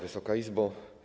Wysoka Izbo!